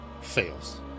fails